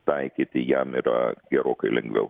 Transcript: taikyti jam yra gerokai lengviau